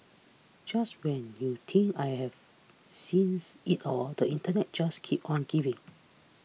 just when you think I have seen it all the internet just keeps on giving